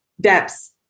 depths